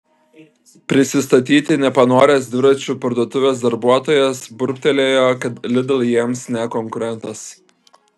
prisistatyti nepanoręs dviračių parduotuvės darbuotojas burbtelėjo kad lidl jiems ne konkurentas